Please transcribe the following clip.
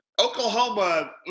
Oklahoma